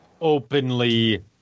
openly